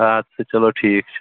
اَدٕ سا چَلو ٹھیٖک چھُ